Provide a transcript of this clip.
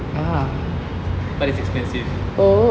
but it's expensive